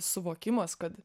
suvokimas kad